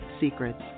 Secrets